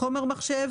מחשב",